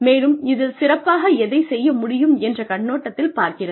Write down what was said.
மேலும் இதில் சிறப்பாக எதைச் செய்ய முடியும் என்ற கண்ணோட்டத்தில் பார்க்கிறது